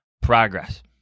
progress